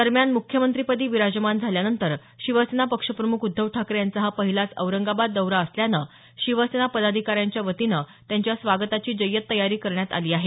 दरम्यान मुख्यमंत्रिपदी विराजमान झाल्यानंतर शिवसेना पक्षप्रमुख उद्धव ठाकरे यांचा हा पहिलाच औरंगाबाद दौरा असल्यानं शिवसेना पदाधिकाऱ्यांच्या वतीनं त्यांच्या स्वागताची जय्यत तयारी करण्यात आली आहे